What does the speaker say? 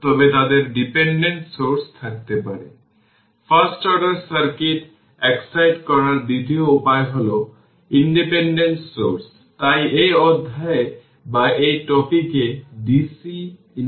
time constant ছোট বা বড় যাই হোক না কেন সার্কিটটি t 5 τ এ স্টিডি অবস্থায় পৌঁছায় কারণ এটি 1 শতাংশের কম